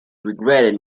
regretted